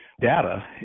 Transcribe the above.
data